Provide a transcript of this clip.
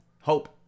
hope